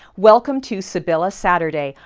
welcome to sibilla saturday,